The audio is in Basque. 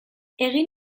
egin